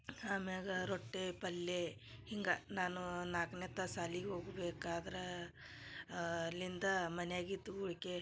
ಆಮ್ಯಾಗ ರೊಟ್ಟಿ ಪಲ್ಯೆ ಹಿಂಗ ನಾನೂ ನಾಲ್ಕನೇ ತಾ ಸಾಲಿಗ ಹೋಗ್ಬೇಕಾದ್ರ ಅಲ್ಲಿಂದ ಮನ್ಯಾಗಿದ್ದ ಗುಳ್ಕೆ